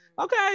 okay